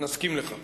נסכים לכך.